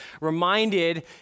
reminded